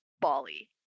Bali